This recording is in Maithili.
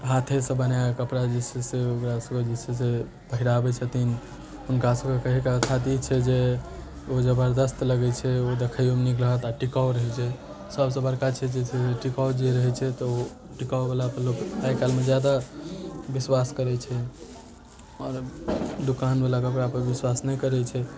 हाथेसँ बनायल कपड़ा जे छै से ओकरा सबके जे छै से पहिराबै छथिन हुनका सबके कहैके अर्थात ई छै जे ओ जबरदस्त लगै छै ओ देखैयोमे नीक लागत आोर टिकाउ रहै छै सबसँ बड़का छै जे ओ टिकाउ जे रहै छै तऽ ओ गाँववला लोक आइ काल्हिमे ज्यादा विश्वास करै छै आओर दोकानवला कपड़ापर विश्वास नहि करै छै